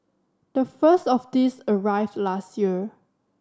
the first of these arrived last year